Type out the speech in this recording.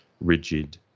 rigid